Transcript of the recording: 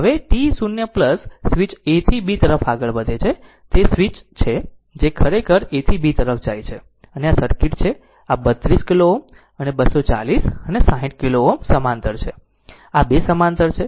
હવે t 0 switch A થી B તરફ આગળ વધે છે તે સ્વીચ છે જે ખરેખર A થી B તરફ જાય છે અને આ સર્કિટ છે આ 32 કિલો Ω અને 240 અને 60 કિલો Ω સમાંતર છે આ 2 સમાંતર છે